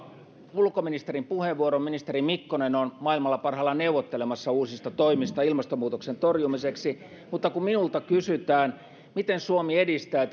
ulkoministerin puheenvuoron ministeri mikkonen on parhaillaan maailmalla neuvottelemassa uusista toimista ilmastonmuutoksen torjumiseksi mutta kun minulta kysytään miten suomi edistää